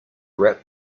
rap